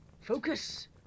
Focus